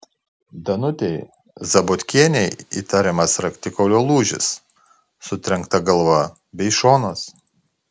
danutei zabotkienei įtariamas raktikaulio lūžis sutrenkta galva bei šonas